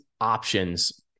options